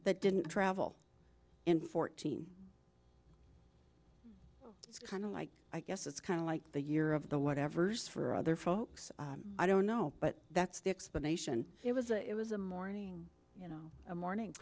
that didn't travel in fourteen it's kind of like i guess it's kind of like the year of the whatevers for other folks i don't know but that's the explanation it was it was a morning you know a morning